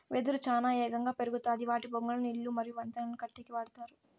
వెదురు చానా ఏగంగా పెరుగుతాది వాటి బొంగులను ఇల్లు మరియు వంతెనలను కట్టేకి వాడతారు